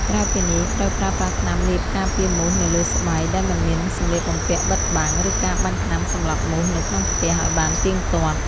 ក្រៅពីនេះ ត្រូវប្រើប្រាស់ថ្នាំលាបការពារមូសនៅលើស្បែកដែលមិនមានសម្លៀកបំពាក់បិទបាំង ឬការបាញ់ថ្នាំសម្លាប់មូសនៅក្នុងផ្ទះឱ្យបានទៀងទាត់។